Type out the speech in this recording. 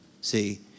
See